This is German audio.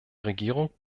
regierung